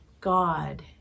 God